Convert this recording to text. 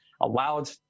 allowed